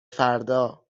فردا